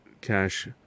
cash